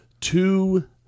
two